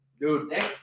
Dude